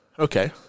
okay